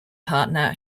partner